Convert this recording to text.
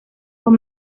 con